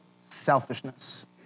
selfishness